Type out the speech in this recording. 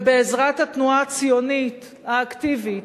ובעזרת התנועה הציונית, האקטיבית,